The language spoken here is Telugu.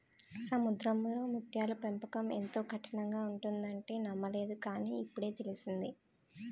సముద్రంలో ముత్యాల పెంపకం ఎంతో కఠినంగా ఉంటుందంటే నమ్మలేదు కాని, ఇప్పుడే తెలిసింది